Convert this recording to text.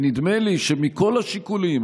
נדמה לי שמכל השיקולים,